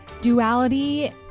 duality